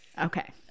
okay